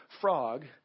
Frog